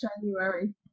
January